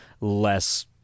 less